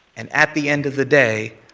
and at the end of the day,